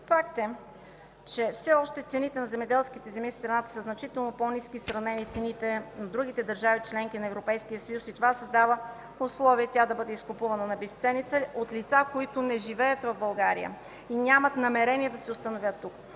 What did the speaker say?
Факт е, че все още цените на земеделските земи в страната са значително по-ниски в сравнение с цените на земята на другите държави – членки на Европейския съюз. Това създава условия тя да бъде изкупувана на безценица от лица, които не живеят в България и нямат намерения да се установят тук.